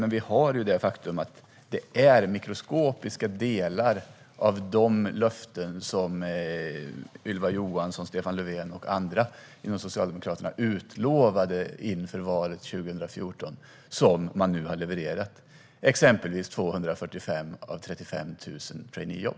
Men det är ett faktum att det är mikroskopiska delar av de löften som Ylva Johansson, Stefan Löfven och andra inom Socialdemokraterna gav inför valet 2014 som man nu har levererat, exempelvis 245 av 35 000 traineejobb.